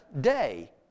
day